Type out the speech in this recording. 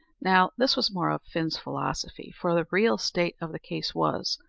now, this was more of fin's philosophy for the real state of the case was,